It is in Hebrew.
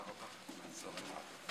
משפחה ואורחים נכבדים,